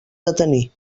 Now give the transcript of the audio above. detenir